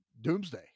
Doomsday